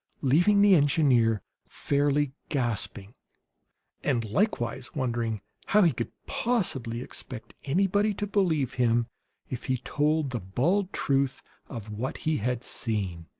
leaving the engineer fairly gasping and likewise wondering how he could possibly expect anybody to believe him if he told the bald truth of what he had seen.